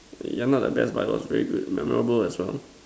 yeah lah that batch but it was very good memorable as well